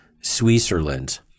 Switzerland